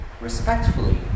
respectfully